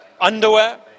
underwear